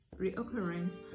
reoccurrence